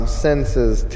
senses